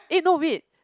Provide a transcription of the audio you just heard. eh no wait